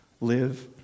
live